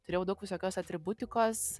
turėjau daug visokios atributikos